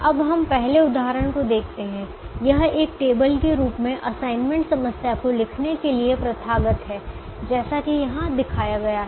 अब हम पहले उदाहरण को देखते हैं यह एक टेबल के रूप में असाइनमेंट समस्या को लिखने के लिए प्रथागत है जैसा कि यहां दिखाया गया है